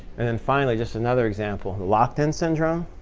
and then finally, just another example, locked-in syndrome.